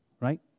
right